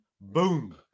boom